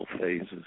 phases